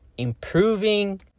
Improving